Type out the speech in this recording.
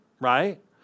Right